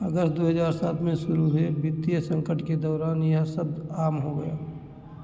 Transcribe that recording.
अगस्त दो हजार सात में शुरू हुए वित्तीय संकट के दौरान यह शब्द आम हो गया